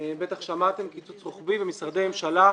בטח שמעתם שהיה קיצוץ רוחבי במשרדי הממשלה,